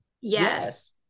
Yes